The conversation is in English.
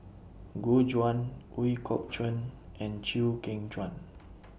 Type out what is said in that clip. Gu Juan Ooi Kok Chuen and Chew Kheng Chuan